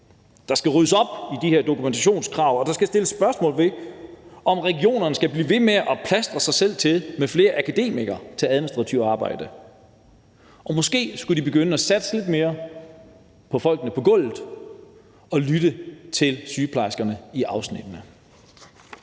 Der skal ryddes op i de her dokumentationskrav, og der skal sættes spørgsmålstegn ved, om regionerne skal blive ved med at plastre sig selv til med flere akademikere til administrativt arbejde. Måske skulle de begynde at satse lidt mere på folkene på gulvet og lytte til sygeplejerskerne på afdelingerne,